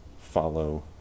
follow